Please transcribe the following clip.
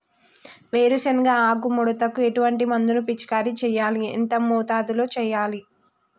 వేరుశెనగ ఆకు ముడతకు ఎటువంటి మందును పిచికారీ చెయ్యాలి? ఎంత మోతాదులో చెయ్యాలి?